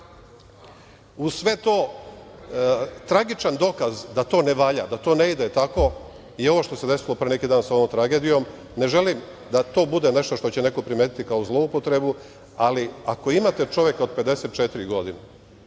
sve to, tragičan dokaz da to ne valja, da to ne ide tako je ovo što se desilo pre neki dan sa onom tragedijom. Ne želim da to bude nešto što će neko primetiti kao zloupotrebu, ali ako imate čoveka od 54 godine